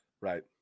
Right